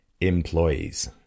employees